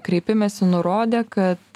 kreipimesi nurodė kad